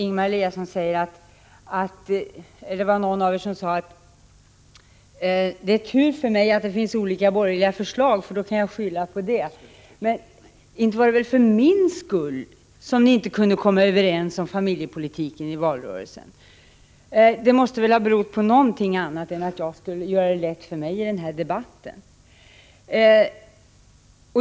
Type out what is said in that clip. Någon sade att det var tur för mig att det finns olika borgerliga förslag så att jag har någonting att skylla på. Men inte var det väl för min skull som ni inte kunde komma överens om familjepolitiken i valrörelsen! Det måste väl ha berott på någonting annat än att jag skulle få det lätt i denna debatt.